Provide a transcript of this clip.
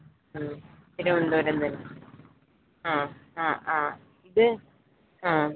ആ തിരുവനന്തപുരം തന്നെ ആ അ ആ ഇത് ആ